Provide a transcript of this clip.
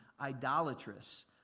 idolatrous